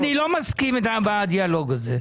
אני לא מסכים בדיאלוג הזה.